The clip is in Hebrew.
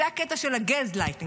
זה הקטע של הגזלייטינג,